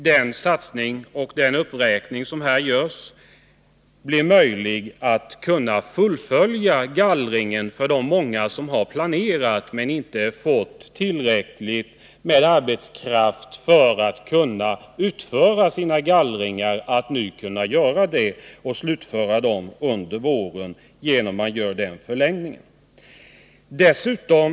Den satsning som föreslås i betänkandet medför att det blir möjligt för alla dem som hade planerat att gallra men inte fick tillräckligt med arbetskraft för detta att nu utföra denna gallring. Om vi förlänger giltighetstiden för bidragsbestämmelserna, ges dessa människor möjlighet att slutföra gallringen under våren.